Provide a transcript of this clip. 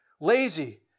Lazy